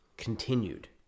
continued